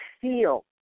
feel